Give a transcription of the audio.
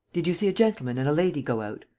did you see a gentleman and a lady go out?